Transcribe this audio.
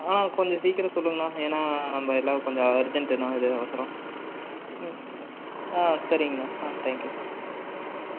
ஆ கொஞ்சம் சீக்கிரம் சொல்லுங்கண்ணா ஏன்னால் நம்ம எல்லாம் கொஞ்சம் அர்ஜென்ட்டுண்ணா இது அவசரம் ம் ஆ சரிங்கண்ணா ஆ தேங்க் யூ